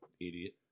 Idiot